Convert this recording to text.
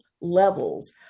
levels